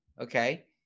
Okay